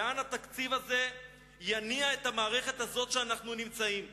לאן התקציב הזה יניע את המערכת הזאת שאנחנו נמצאים בה?